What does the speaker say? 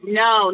no